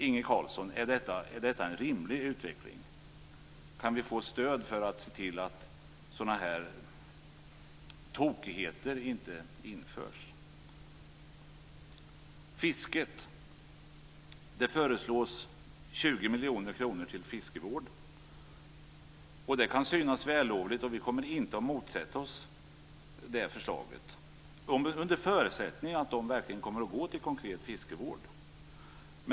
Inge Carlsson, är detta en rimlig utveckling? Kan vi få stöd för att se till att sådana här tokigheter inte införs? 20 miljoner kronor föreslås gå till fiskevård. Det kan synas vällovligt. Vi kommer inte att motsätta oss det förslaget, under förutsättning att pengarna verkligen går till konkret fiskevård.